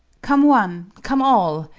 come one, come all.